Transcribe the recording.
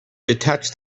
detach